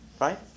right